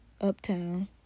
uptown